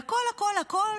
והכול הכול הכול